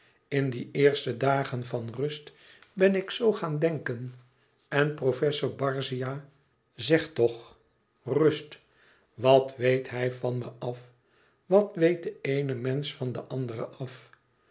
in die eerste dagen van rust ben ik zoo gaan denken en professor barzia zegt toch rust wat weet hij van me af wat weet de eene mensch van den andere af